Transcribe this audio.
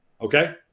okay